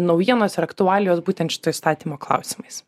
naujienos ir aktualijos būtent šito įstatymo klausimais